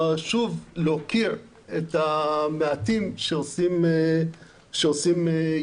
שוב, להוקיר את המעטים שעושים יותר.